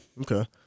Okay